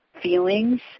feelings